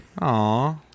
Aw